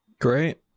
Great